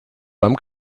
beim